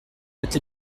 mette